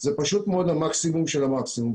זה פשוט מאוד המקסימום של המקסימום.